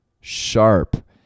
sharp